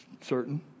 certain